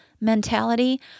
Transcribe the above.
mentality